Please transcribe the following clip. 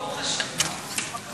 ברוך השם.